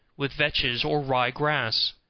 with vetches, or rye grass,